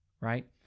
right